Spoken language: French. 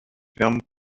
ferme